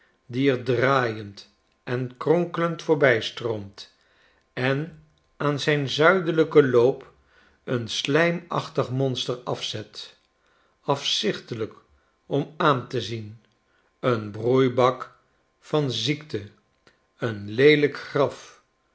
die er draaiend en kronkelend voorbijstroomt en aan zijn zuidelijken loop een slijmachtig monster afzet afzichtelijk om aan te zien een broeibak van ziekte een leelijk graf